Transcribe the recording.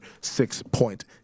six-point